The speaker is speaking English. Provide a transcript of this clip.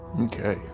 Okay